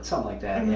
so like that. and yeah